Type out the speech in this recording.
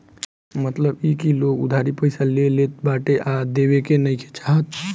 मतलब इ की लोग उधारी पईसा ले लेत बाटे आ देवे के नइखे चाहत